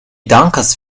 dankas